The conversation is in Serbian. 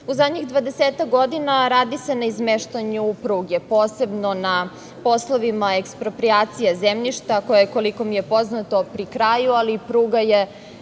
zadnjih dvadesetak godina radi se na izmeštanju pruge, posebno na poslovima eksproprijacije zemljišta, koje koliko mi je poznato je pri kraju, ali pruga je